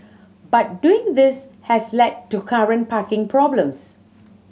but doing this has led to current parking problems